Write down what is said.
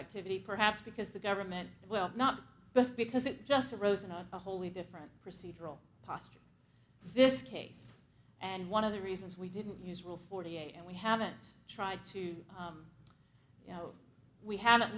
activity perhaps because the government will not rest because it just rosen on a wholly different procedural posture this case and one of the reasons we didn't use rule forty eight and we haven't tried to you know we haven't